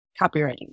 Copywriting